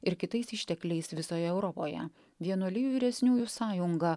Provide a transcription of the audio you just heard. ir kitais ištekliais visoje europoje vienuolijų vyresniųjų sąjunga